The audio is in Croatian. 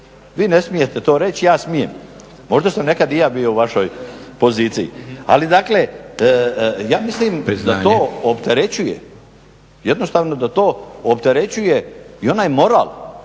vi ne smijete to reći, ja smijem. Možda sam nekad i ja bio u vašoj poziciji, ali dakle ja mislim da to opterećuje, jednostavno da to opterećuje i onaj moral